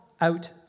out